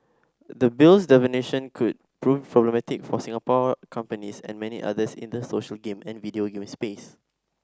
the Bill's definitions could prove problematic for Singapore companies and many others in the social game and video game space